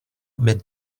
mid